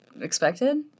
expected